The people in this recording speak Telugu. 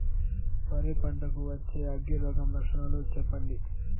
వరి పంట కు వచ్చే అగ్గి రోగం లక్షణాలు చెప్పండి?